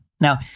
Now